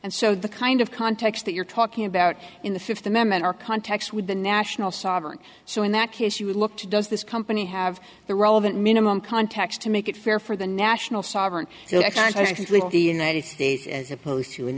and so the kind of context that you're talking about in the fifth amendment are context with the national sovereignty so in that case you would look to does this company have the relevant minimum context to make it fair for the national sovereignty so i think the united states as opposed to an